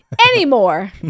Anymore